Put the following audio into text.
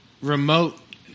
remote